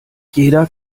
jeder